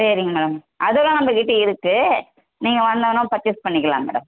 சரிங்க மேடம் அதெல்லாம் நம்மகிட்ட இருக்குது நீங்கள் வந்தோன பர்ச்சேஸ் பண்ணிக்கலாம் மேடம்